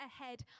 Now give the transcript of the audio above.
ahead